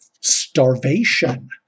starvation